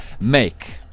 make